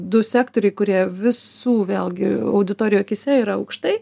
du sektoriai kurie visų vėlgi auditorijų akyse yra aukštai